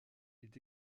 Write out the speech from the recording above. est